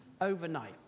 overnight